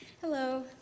Hello